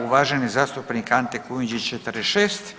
Uvaženi zastupnik Ante Kujundžić, 46.